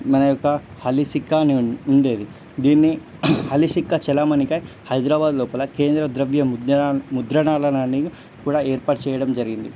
మన యొక్క హలీ సిక్కా అని ఉండేది దీన్ని హలీ సిక్క చలామణికై హైదరాబాద్ లోపల కేంద్ర ద్రవ్య ముద్రణా ముద్రణాలయాన్ని కూడా ఏర్పాటు చేయడం జరిగింది